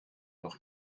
noch